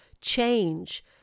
change